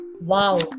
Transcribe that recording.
wow